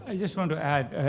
and just want to add